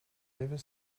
even